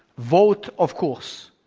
vote of course,